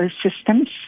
systems